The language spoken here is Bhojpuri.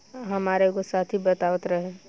हामार एगो साथी बतावत रहे